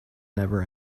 never